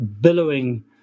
billowing